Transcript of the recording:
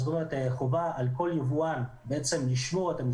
זאת אומרת,